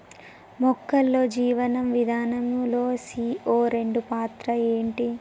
మొక్కల్లో జీవనం విధానం లో సీ.ఓ రెండు పాత్ర ఏంటి?